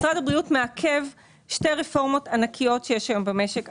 משרד הבריאות מעכב שתי רפורמות ענקיות שיש היום במשק.